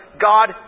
God